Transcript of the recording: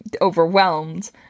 overwhelmed